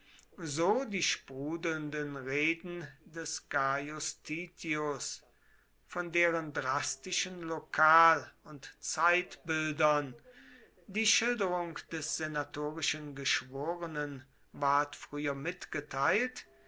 so die sprudelnden reden des gaius titius von deren drastischen lokal und zeitbildern die schilderung des senatorischen geschworenen ward früher mitgeteilt